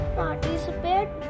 participate